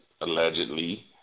allegedly